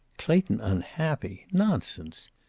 clayton unhappy! nonsense.